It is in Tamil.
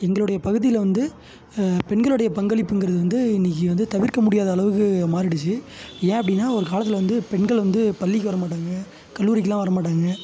எங்களுடைய பகுதியில் வந்து பெண்களுடைய பங்களிப்புங்கிறது வந்து இன்றைக்கி வந்து தவிர்க்க முடியாத அளவுக்கு மாறிடிச்சு ஏன் அப்படின்னால் ஒரு காலத்தில் வந்து பெண்கள் வந்து பள்ளிக்கு வர மாட்டாங்க கல்லூரிக்கெல்லாம் வர மாட்டாங்க